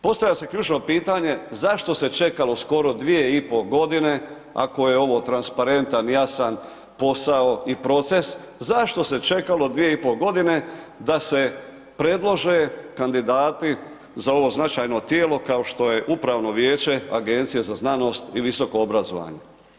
Postavlja se ključno pitanje, zašto se čekalo skoro 2,5 godine, ako je ovo transparentan, jasan posao i proces, zašto se čekalo 2,5 godine, da se predlože kandidati za ovo značajno tijelo, kao što je u Upravno vijeće Agencije za znanosti i visoko obrazovanje.